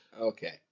Okay